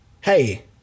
Hey